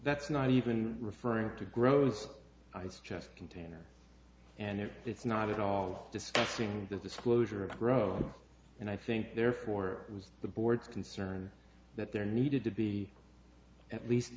that's not even referring to grose ice chest container and it's not at all disgusting as disclosure of grow and i think therefore it was the board's concern that there needed to be at least